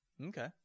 Okay